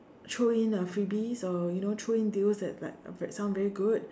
throw in uh freebies or you know throw in deals that like that sound very good